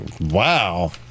Wow